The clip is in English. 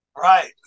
right